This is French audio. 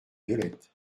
violettes